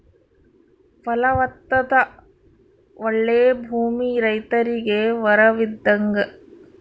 ಫಲವತ್ತಾದ ಓಳ್ಳೆ ಭೂಮಿ ರೈತರಿಗೆ ವರವಿದ್ದಂಗ